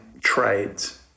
trades